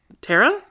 Tara